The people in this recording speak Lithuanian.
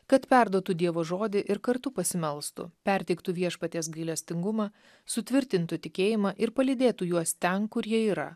kad perduotų dievo žodį ir kartu pasimelstų perteiktų viešpaties gailestingumą sutvirtintų tikėjimą ir palydėtų juos ten kur jie yra